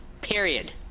period